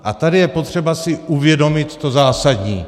A tady je potřeba si uvědomit to zásadní.